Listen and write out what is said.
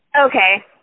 Okay